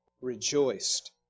rejoiced